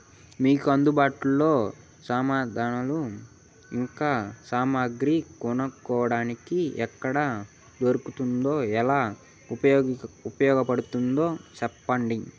మీకు అందుబాటులో సాధనాలు ఇంకా సామగ్రి కొనుక్కోటానికి ఎక్కడ దొరుకుతుందో ఎలా ఉపయోగపడుతాయో సెప్పండి?